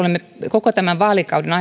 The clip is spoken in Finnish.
koko tämän vaalikauden